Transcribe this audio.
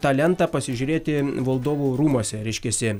tą lentą pasižiūrėti valdovų rūmuose reiškiasi